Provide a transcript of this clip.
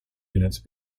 units